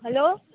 hello